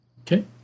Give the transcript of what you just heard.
Okay